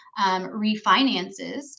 refinances